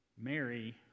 Mary